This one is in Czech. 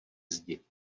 zdi